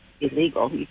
illegal